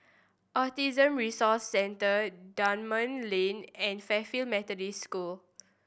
Autism Resource Centre Dunman Lane and Fairfield Methodist School